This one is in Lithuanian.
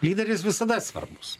lyderis visada svarbus